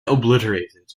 obliterated